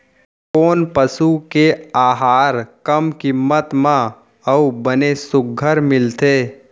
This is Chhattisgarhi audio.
कोन पसु के आहार कम किम्मत म अऊ बने सुघ्घर मिलथे?